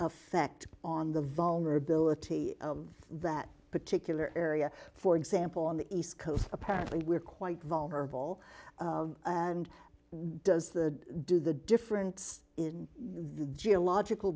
effect on the vulnerability of that particular area for example on the east coast apparently we're quite vulnerable and does the do the difference in the geological